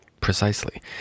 Precisely